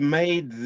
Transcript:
made